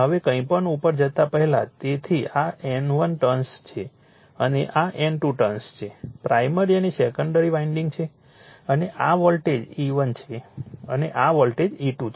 હવે કંઈપણ ઉપર જતા પહેલા તેથી આ N1 ટર્ન છે અને આ N2 ટર્ન પ્રાઇમરી અને સેકન્ડરી વાન્ડિંગ્સ છે અને આ વોલ્ટેજ E1 છે અને આ વોલ્ટેજ E2 છે